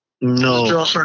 No